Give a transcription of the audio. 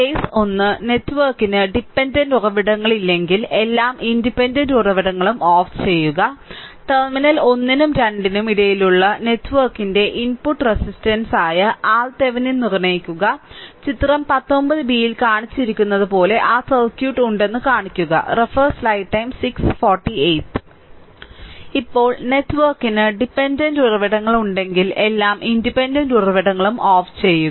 case 1 നെറ്റ്വർക്കിന് dependent ഉറവിടങ്ങളില്ലെങ്കിൽ എല്ലാ ഇൻഡിപെൻഡന്റ് ഉറവിടങ്ങളും ഓഫ് ചെയ്യുക ടെർമിനലുകൾ 1 നും 2 നും ഇടയിലുള്ള നെറ്റ്വർക്കിന്റെ ഇൻപുട്ട് റെസിസ്റ്റൻസായ RThevenin നിർണ്ണയിക്കുക ചിത്രം 19 b യിൽ കാണിച്ചിരിക്കുന്നതുപോലെ ആ സർക്യൂട്ട് ഉണ്ടെന്ന് കാണിക്കുന്നു ഇപ്പോൾ നെറ്റ്വർക്കിന് ഡിപെൻഡന്റ് ഉറവിടങ്ങളുണ്ടെങ്കിൽ എല്ലാ ഇൻഡിപെൻഡന്റ് ഉറവിടങ്ങളും ഓഫ് ചെയ്യുക